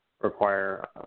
require